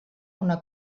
una